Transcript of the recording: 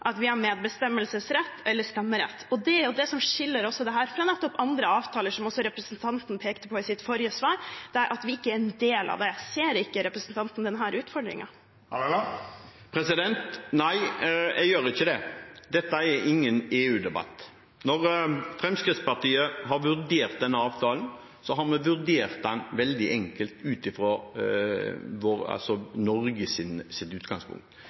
at vi har medbestemmelsesrett eller stemmerett. Og det som skiller dette fra nettopp andre avtaler, som også representanten pekte på i sitt forrige svar, er at vi ikke er en del av det. Ser ikke representanten denne utfordringen? Nei, jeg gjør ikke det. Dette er ingen EU-debatt. Når Fremskrittspartiet har vurdert denne avtalen, har vi vurdert den veldig enkelt, ut fra Norges utgangspunkt – er det en fordel for Norge